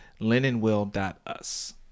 linenwill.us